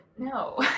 No